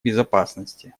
безопасности